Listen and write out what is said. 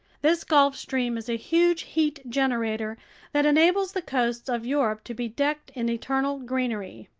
this gulf stream is a huge heat generator that enables the coasts of europe to be decked in eternal greenery.